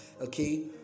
okay